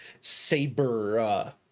saber